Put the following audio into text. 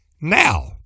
Now